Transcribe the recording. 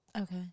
Okay